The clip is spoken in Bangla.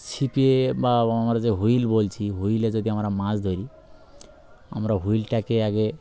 ছিপ ইয়ে বা আমরা যে হুইল বলছি হুইলে যদি আমরা মাছ ধরি আমরা হুইলটাকে আগে